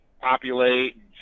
populate